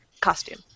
costume